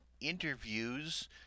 interviews